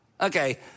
Okay